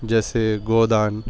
جیسے گودان